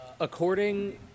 According